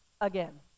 again